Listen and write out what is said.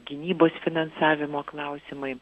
gynybos finansavimo klausimai